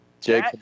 Jake